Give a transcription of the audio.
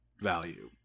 value